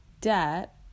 debt